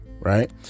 Right